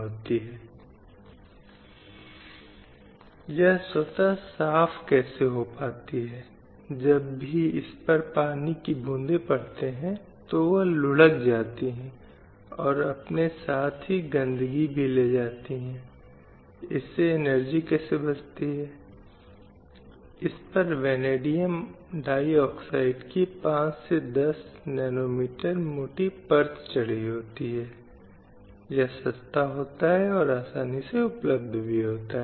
तो यह वह परिवार है और जिस परिवार में महिला कार्यरत है और उस परिवार की भूमि है और वह अपनी खुद की ज़मीन में ही कृषि में कार्यरत है ज्यादातर स्थितियों में वह एक गृह श्रमिक है और गृह कार्य वास्तव में नहीं माना जाता है जब महिलाओं के काम के संबंध में आर्थिक आंकड़ों पर विचार करने की बात आती है तो यह एक ऐसा क्षेत्र है जो बिल्कुल उपेक्षित है